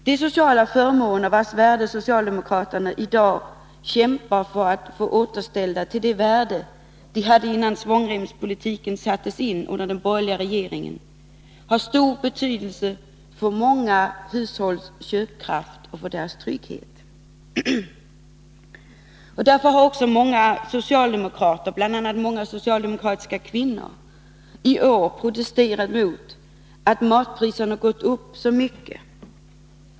De sociala förmånerna, vilkas värde socialdemokraterna i dag kämpar för att återställa till den nivå som de hade innan svångremspolitiken sattes in under den borgerliga regeringens tid, har stor betydelse för många hushålls köpkraft och för deras trygghet. Därför har också många socialdemokrater, bl.a. flera socialdemokratiska kvinnor, i år protesterat mot att matpriserna gått upp så mycket.